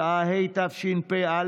כ"ה באלול התשפ"א,